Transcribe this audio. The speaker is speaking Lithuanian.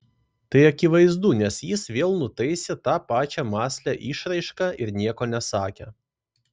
tai akivaizdu nes jis vėl nutaisė tą pačią mąslią išraišką ir nieko nesakė